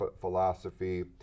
philosophy